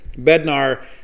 Bednar